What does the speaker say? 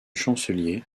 chancelier